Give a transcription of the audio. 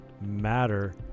matter